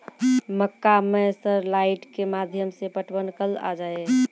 मक्का मैं सर लाइट के माध्यम से पटवन कल आ जाए?